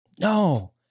no